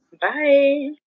Bye